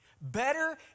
Better